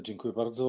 Dziękuję bardzo.